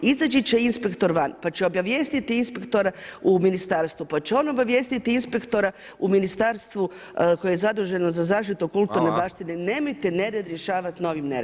Izaći će inspektor van, pa će obavijestiti inspektora u ministarstvu, pa će on obavijestit inspektora u Ministarstvu koje je zaduženo za zaštitu kulturne baštine, nemojte nered rješavati novim neredom.